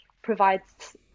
provides